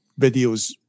videos